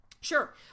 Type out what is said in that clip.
Sure